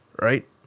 right